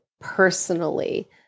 personally